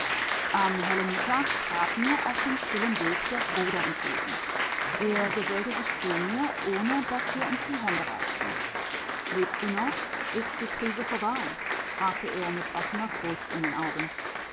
am hellen mittag trat mir auf dem stillen weg der bruder entgegen er gesellte sich zu mir ohne daß wir uns die hände reichten lebt sie noch ist die krise vorbei fragte er mit offener furcht in den augen